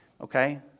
Okay